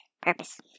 purpose